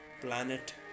planet